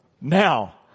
Now